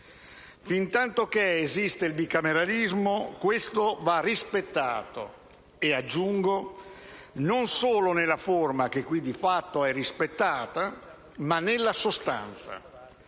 Fintantoché esiste il bicameralismo, questo va rispettato e - aggiungo - non solo nella forma, che qui di fatto è rispettata, ma nella sostanza.